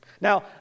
Now